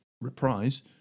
Reprise